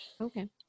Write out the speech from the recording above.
Okay